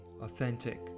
authentic